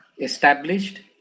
established